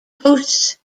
hosts